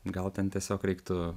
gal ten tiesiog reiktų